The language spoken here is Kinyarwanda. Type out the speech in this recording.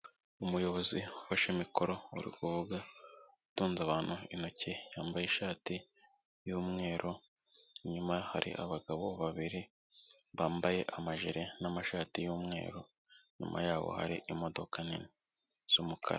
Umuyobozi ufashe mikoro, uri kuvuga , utunze abantu intoki, yambaye ishati y'umweru, inyuma ye hari abagabo babiri bambaye amajire n'amashati y'umweru, inyuma yaho hari imodoka nini z'umukara.